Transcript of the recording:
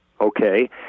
Okay